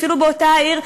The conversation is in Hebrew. אפילו באותה העיר,